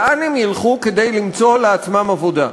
לאן הם ילכו כדי למצוא לעצמם עבודה?